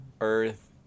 Earth